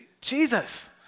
Jesus